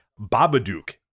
Babadook